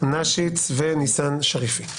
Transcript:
נשיץ וניסן שריפי.